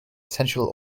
sensual